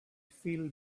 feel